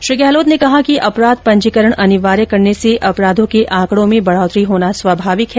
श्री गहलोत ने कहा कि अपराध पंजीकरण अनिवार्य करने से अपराधों के आंकड़ों में बढ़ोतरी होना स्वभाविक है